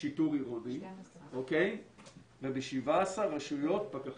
שיטור עירוני וב-17 רשויות פקחים.